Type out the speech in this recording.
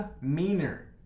meaner